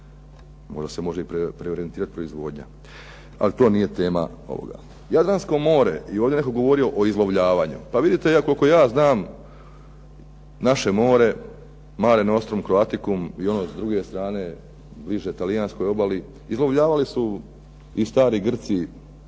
Možda se može preorijentirat i proizvodnja, ali to nije tema ovoga. Jadransko more, i ovdje je netko govorio o izlovljavanju, pa vidite koliko ja znam naše more, Mare nostrum Croaticum, i ono s druge strane, bliže talijanskoj obali, izlovljavali su i stari Grci